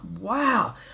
wow